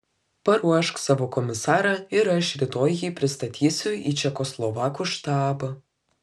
paruošk savo komisarą ir aš rytoj jį pristatysiu į čekoslovakų štabą